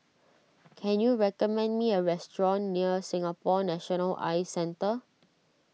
can you recommend me a restaurant near Singapore National Eye Centre